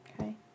Okay